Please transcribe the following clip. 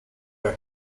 our